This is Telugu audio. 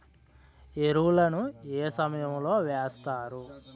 ఎరువుల ను ఏ సమయం లో వేస్తారు?